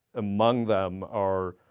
among them are